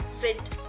fit